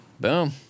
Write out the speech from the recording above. Boom